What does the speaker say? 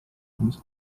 urmas